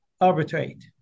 arbitrate